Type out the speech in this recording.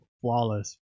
flawless